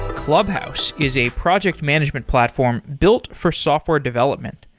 clubhouse is a project management platform built for software development.